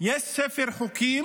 יש ספר חוקים